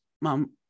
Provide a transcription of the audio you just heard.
mom